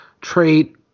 trait